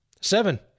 Seven